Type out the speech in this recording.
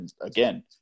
Again